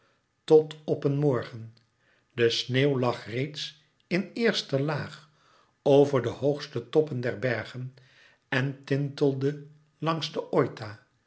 tot op een morgen de sneeuw lag reeds in eerste laag over de hoogste toppen der bergen en tintelde langs den oita